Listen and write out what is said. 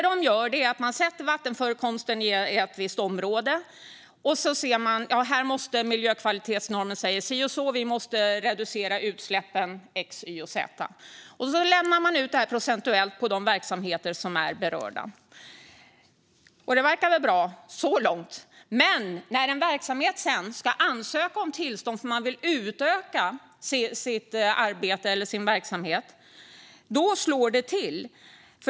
Sett till vattenförekomsten i ett visst område ser man att miljökvalitetsnormen säger si och så och därför måste vi reducera utsläppen x, y och z, och så lämnar man ut detta procentuellt på de verksamheter som är berörda. Så långt verkar det väl bra, men när en verksamhet sedan ska ansöka om tillstånd för att man vill utöka sitt arbete eller sin verksamhet slår det till.